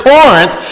Corinth